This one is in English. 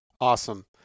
Awesome